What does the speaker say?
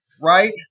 Right